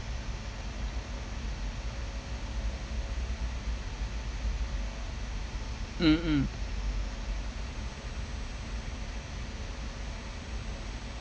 mmhmm